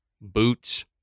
boots